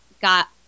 got